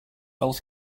else